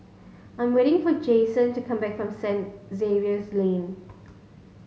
I'm waiting for Jason to come back from Saint Xavier's Lane